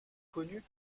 connues